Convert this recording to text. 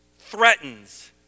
threatens